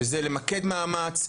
שזה למקד מאמץ,